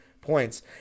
points